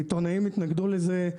עיתונאים התנגדו לזה.